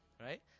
right